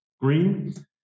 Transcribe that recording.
green